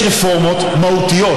יש רפורמות מהותיות,